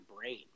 brain